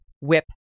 whip